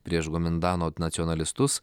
prieš gumindano nacionalistus